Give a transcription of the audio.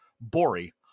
Bori